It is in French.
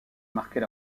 marquait